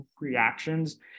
reactions